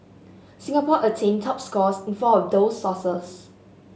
Singapore attained top scores in four of those sources